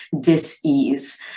dis-ease